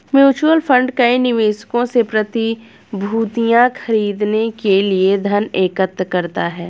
mutual fund कई निवेशकों से प्रतिभूतियां खरीदने के लिए धन एकत्र करता है